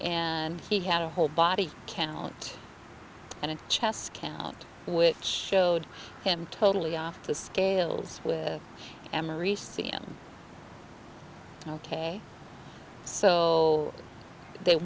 and he had a whole body count and a chest count which showed him totally off the scales with emory c m ok so they